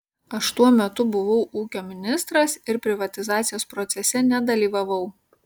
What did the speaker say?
aš tuo metu buvau ūkio ministras ir privatizacijos procese nedalyvavau